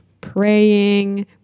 praying